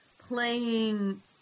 playing